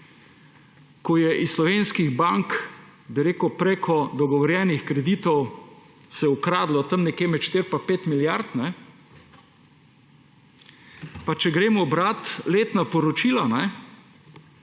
se je iz slovenskih bank prek dogovorjenih kreditov ukradlo tam nekje med 4 in 5 milijardami, pa če gremo brat letna poročila